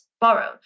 borrow